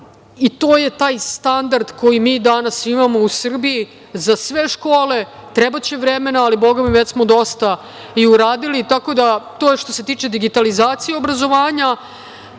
i to je taj standard koji mi danas imamo u Srbiji.Za sve škole trebaće vremena ali, bogami, već smo dosta i uradili. Tako da je to što se tiče digitalizacije obrazovanja,